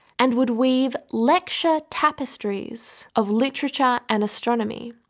and would weave lecture tapestries of literature and astronomy,